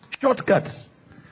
Shortcuts